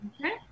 okay